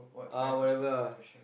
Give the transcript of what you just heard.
uh whatever ah